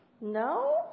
No